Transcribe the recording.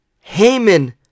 Haman